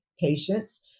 patients